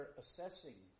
assessing